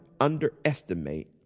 underestimate